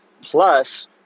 Plus